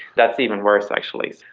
that's even worse actually.